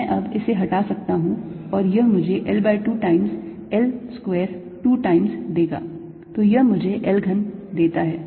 मैं अब इसे हटा सकता हूं और यह मुझे L by 2 times L square 2 times देता है तो यह मुझे L घन देता है